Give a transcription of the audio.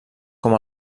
com